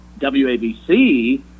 WABC